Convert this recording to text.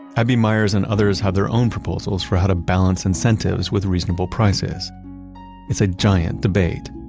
abbey meyers and others have their own proposals for how to balance incentives with reasonable prices it's a giant debate